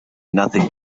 nothing